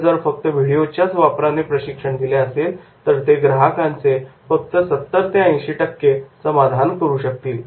पण जर फक्त व्हिडिओच्या वापराने प्रशिक्षण दिले असेल तर ते ग्राहकांचे फक्त 70 ते 80 टक्के समाधान करू शकतील